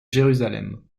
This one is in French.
jérusalem